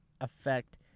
affect